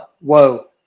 whoa